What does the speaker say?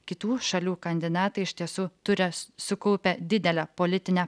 kitų šalių kandidatai iš tiesų turi sukaupę didelę politinę